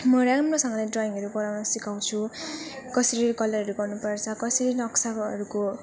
म राम्रोसँगले ड्रयिङहरू बनाउन सिकाउँछु कसरी कलरहरू गर्नुपर्छ कसरी नक्साहरूको